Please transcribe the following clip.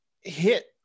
hit